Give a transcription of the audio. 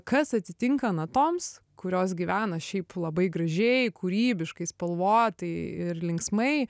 kas atsitinka natoms kurios gyvena šiaip labai gražiai kūrybiškai spalvotai ir linksmai